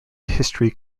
history